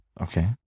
Okay